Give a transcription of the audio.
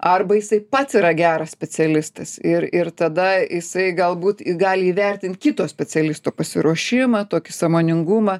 arba jisai pats yra geras specialistas ir ir tada jisai galbūt gali įvertint kito specialisto pasiruošimą tokį sąmoningumą